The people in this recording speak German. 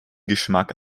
geschmack